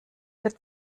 für